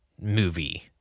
movie